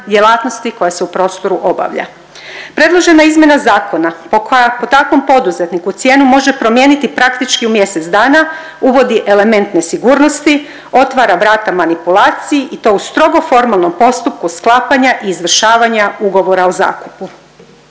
koja se u prostoru obavlja. Predložena izmjena zakona koja takvom poduzetniku cijenu može promijeniti praktički u mjesec dana, uvodi element nesigurnosti, otvara vrata manipulaciji i to u strogo formalnom postupku sklapanja i izvršavanja ugovora o zakupu.